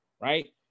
right